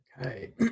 Okay